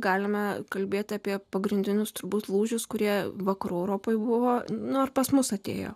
galime kalbėti apie pagrindinius turbūt lūžius kurie vakarų europoje buvo nors pas mus atėjo